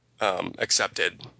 accepted